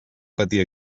patir